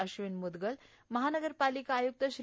अश्विन म्रदगल महानगरपालिका आय्रक्त श्री